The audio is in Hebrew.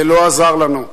זה לא עזר לנו.